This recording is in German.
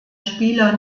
spieler